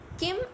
Kim